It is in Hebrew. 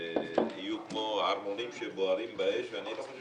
שיהיו כמו ערמונים שבוערים באש ואני לא חושב